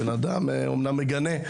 בנאדם אמנם מגנה,